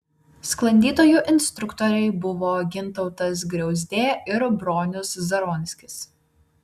sklandytojų instruktoriai buvo gintautas griauzdė ir bronius zaronskis